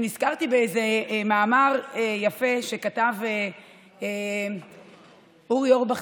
נזכרתי באיזה מאמר יפה שכתב אורי אורבך,